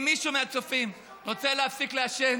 אם מישהו מהצופים רוצה להפסיק לעשן,